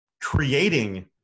creating